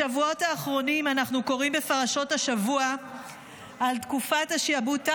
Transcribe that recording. בשבועות האחרונים אנחנו קוראים בפרשות השבוע על תקופת השעבוד,